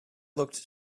looked